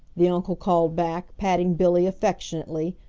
the uncle called back patting billy affectionately,